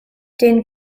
den